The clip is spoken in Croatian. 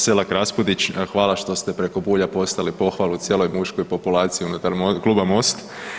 Selak Raspudić, hvala što ste preko Bulja poslali pohvalu cijeloj muškoj populaciji unutar Kluba MOST.